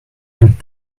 and